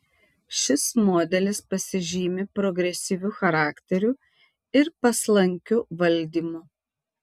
šis modelis pasižymi progresyviu charakteriu ir paslankiu valdymu